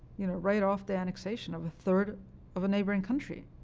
you know, write off the annexation of a third of a neighboring country,